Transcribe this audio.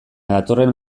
datorren